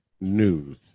news